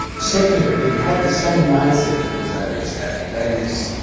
secondly, he had the same mindset that vesalius had, that is,